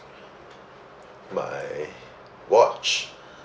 my watch